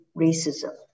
racism